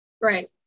Right